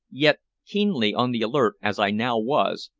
yet, keenly on the alert as i now was,